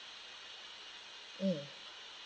mm